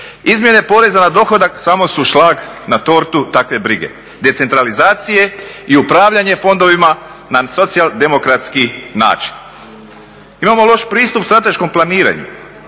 Izmjene poreza na dohodak samo su šlag na tortu takve brige. Decentralizacije i upravljanje fondovima na socijaldemokratski način. Imamo loš pristup strateškom planiranju,